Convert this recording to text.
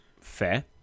Fair